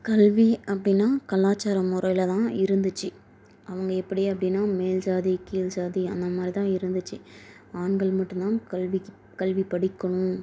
கல்வி அப்படினா கலாச்சார முறையில தான் இருந்துச்சு அவங்க எப்படி அப்படினா மேல் ஜாதி கீழ் ஜாதி அந்தமாதிரி தான் இருந்துச்சு ஆண்கள் மட்டும்தான் கல்வி கல்வி படிக்கணும்